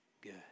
good